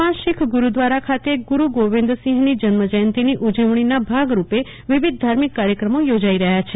ભુજમાં શીખ ગુરુદ્વારા ખાતે ગુરુ ગોવિંદસિંહની જન્મજયંતીની ઉજવણી વિવિધ ધાર્મિક કાર્યક્રમો યોજાઈ રહ્યા છે